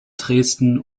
dresden